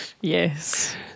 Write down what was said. Yes